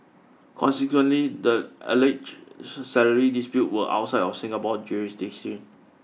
consequently the alleged salary disputes were outside Singapore jurisdiction